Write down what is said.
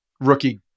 rookie